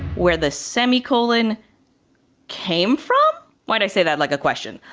where the semi-colon came from. why do i say that like a question?